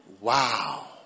wow